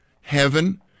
heaven